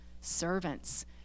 Servants